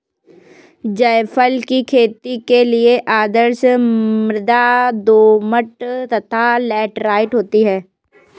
जायफल की खेती के लिए आदर्श मृदा दोमट तथा लैटेराइट होती है